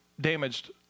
damaged